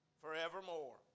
forevermore